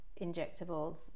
injectables